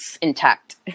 intact